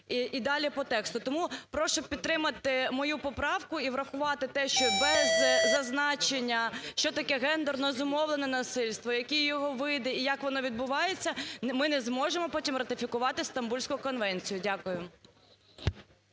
і далі по тексту. Тому прошу підтримати мою поправку і врахувати те, що без зазначення, що таке гендерно зумовлене насильство, які його види і як воно відбувається, ми не зможемо потім ратифікувати Стамбульську конвенцію. Дякую.